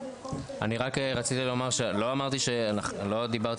לא דיברתי על התנגדות.